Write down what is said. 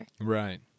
Right